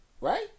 Right